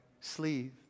sleeve